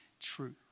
true